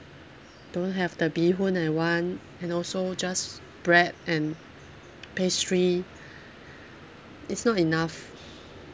don't have the bee hoon I want and also just bread and pastry it's not enough